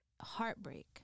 heartbreak